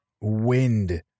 wind